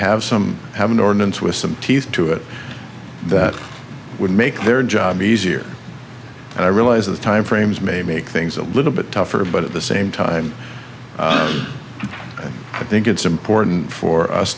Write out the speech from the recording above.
have some have an ordinance with some teeth to it that would make their job easier and i realize the time frames may make things a little bit tougher but at the same time i think it's important for us